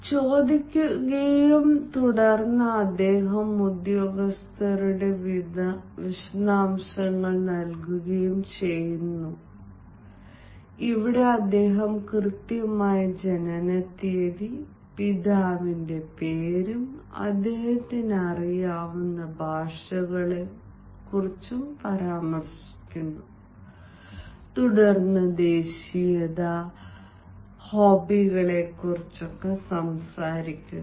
ചോദിക്കുകയും തുടർന്ന് അദ്ദേഹം ഉദ്യോഗസ്ഥരുടെ വിശദാംശങ്ങൾ നൽകുകയും ചെയ്യുന്നു അവിടെ അദ്ദേഹം കൃത്യമായ ജനനത്തീയതി പിതാവിന്റെ പേരും അദ്ദേഹത്തിന് അറിയാവുന്ന ഭാഷകളും പരാമർശിക്കുന്നു തുടർന്ന് ദേശീയത തുടർന്ന് ഹോബികളെക്കുറിച്ചും സംസാരിക്കുന്നു